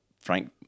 Frank